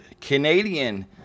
Canadian